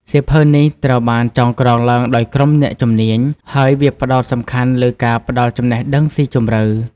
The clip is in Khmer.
សៀវភៅនេះត្រូវបានចងក្រងឡើងដោយក្រុមអ្នកជំនាញ ហើយវាផ្ដោតសំខាន់លើការផ្ដល់ចំណេះដឹងស៊ីជម្រៅ។